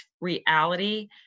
reality